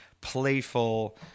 playful